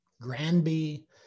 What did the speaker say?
Granby